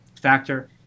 factor